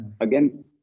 Again